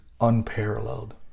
unparalleled